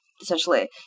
essentially